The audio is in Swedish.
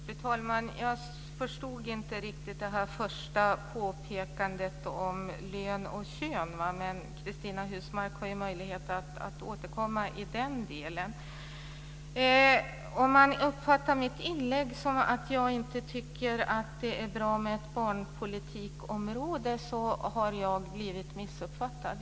Fru talman! Jag förstod inte riktigt det första påpekandet om lön och kön. Men Cristina Husmark Pehrsson har möjlighet att återkomma i den delen. Om man uppfattar mitt inlägg som att jag inte tycker att det är bra med ett barnpolitikområde så har jag blivit missuppfattad.